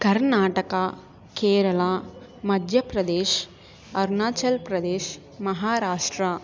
Karnataka Kerala Madhya Pradesh Arunachal Pradesh Maharashtra